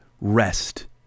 rest